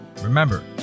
Remember